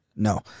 No